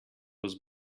was